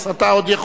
הצעת החוק